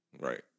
Right